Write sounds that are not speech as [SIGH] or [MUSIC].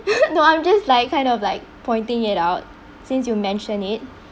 [LAUGHS] no I'm just like kind of like pointing it out since you mentioned it